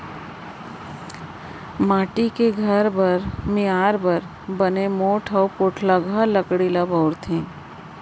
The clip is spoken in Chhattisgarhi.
माटी के घर मियार बर बने मोठ अउ पोठलगहा लकड़ी ल बउरथे